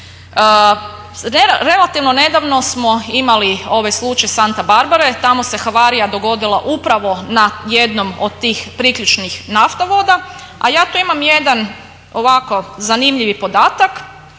Relativno nedavno smo imali ovaj slučaj Santa Barbare, tamo se havarija dogodila upravo na jednom od tih priključnih naftovoda, a ja tu imam jedan ovako zanimljivi podatak